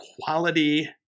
quality